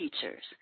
teachers